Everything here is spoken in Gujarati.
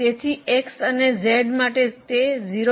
તેથી X અને Z માટે 0